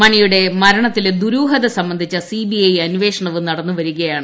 മണിയുടെ മ രണത്തിലെ ദൂരൂഹത സ്റ്റ്ബ്ന്ധിച്ച സിബിഐ അന്വേഷണ വും നടന്നുവരികയാണ്